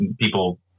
people